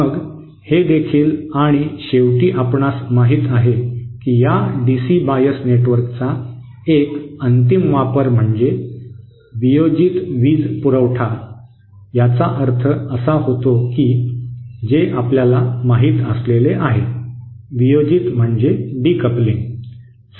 मग हे देखील आणि शेवटी आपणास माहित आहे की या डीसी बायस नेटवर्कचा एक अंतिम वापर म्हणजे वियोजित वीज पुरवठा याचा अर्थ असा होतो की जे आपल्याला माहित असलेले आहे